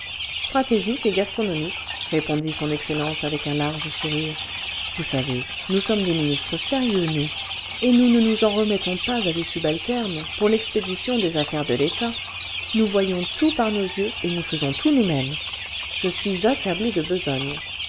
stratégique et gastronomique répondit son excellence avec un large sourire vous savez nous sommes des ministres sérieux nous et nous ne nous en remettons pas à des subalternes pour l'expédition des affaires de l'état nous voyons tout par nos yeux et nous faisons tout nous-mêmes je suis accablé de besogne